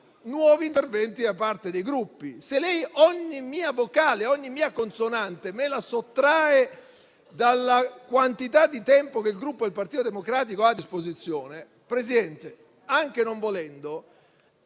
nuovi interventi da parte dei Gruppi. Se lei ogni mia vocale e ogni mia consonante la sottrae dalla quantità di tempo che il Gruppo del Partito Democratico ha a disposizione, allora anche non volendo,